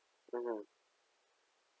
mmhmm